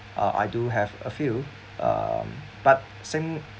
uh I do have a few um but sing